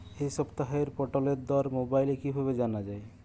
এই সপ্তাহের পটলের দর মোবাইলে কিভাবে জানা যায়?